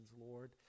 Lord